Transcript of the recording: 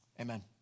Amen